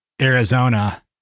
Arizona